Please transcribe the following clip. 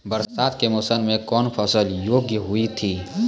बरसात के मौसम मे कौन फसल योग्य हुई थी?